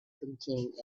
contained